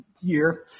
year